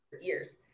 years